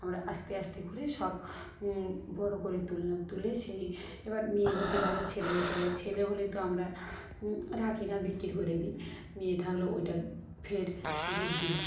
আমরা আস্তে আস্তে করে সব বড়ো করে তুললাম তুলে সেই এবার মেয়ে হতে পারে ছেলে হতে পারে ছেলে হলে তো আমরা রাখি না বিক্রি করে দিই মেয়ে থাকলো ওইটা ফের দুধ দিলো